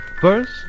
First